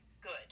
good